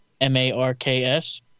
M-A-R-K-S